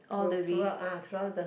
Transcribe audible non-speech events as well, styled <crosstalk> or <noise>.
all the way <breath>